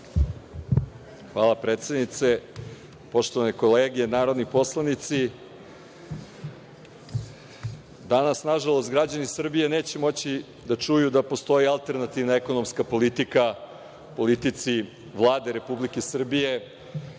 Hvala, predsednice. Poštovane kolege narodni poslanici, danas, nažalost, građani Srbije neće moći da čuju da postoji alternativna ekonomska politika politici Vlade Republike Srbije,